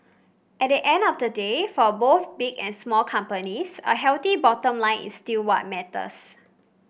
at the end of the day for both big and small companies a healthy bottom line is still what matters